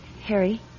Harry